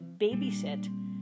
babysit